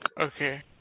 Okay